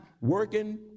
working